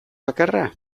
bakarra